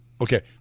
okay